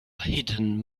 hidden